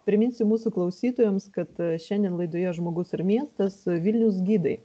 priminsiu mūsų klausytojams kad šiandien laidoje žmogus ir miestas vilniaus gidai